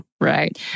right